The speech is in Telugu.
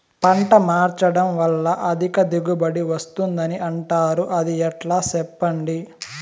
పంట మార్చడం వల్ల అధిక దిగుబడి వస్తుందని అంటారు అది ఎట్లా సెప్పండి